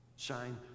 Shine